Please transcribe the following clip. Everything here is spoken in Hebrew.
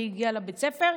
מי הגיע לבית ספר,